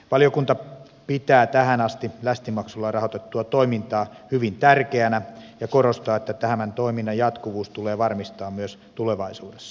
valiokunta pitää tähän asti lästimaksulla rahoitettua toimintaa hyvin tärkeänä ja korostaa että tämän toiminnan jatkuvuus tulee varmistaa myös tulevaisuudessa